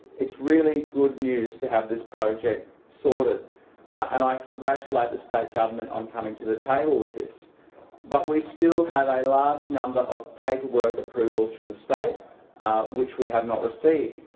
it's really good news to have this project sorted and i congratulate the state government on coming to the table with this but we still have a large number of paperwork approvals from the state which we have not received.